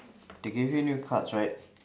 they gave you new cards right